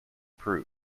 proof